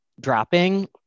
dropping